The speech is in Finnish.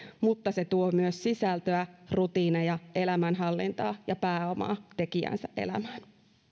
mutta se tuo myös sisältöä rutiineja elämänhallintaa ja pääomaa tekijänsä elämään